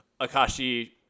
Akashi